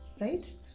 right